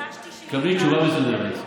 תקבלי תשובה מסודרת.